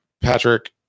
Patrick